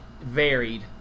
varied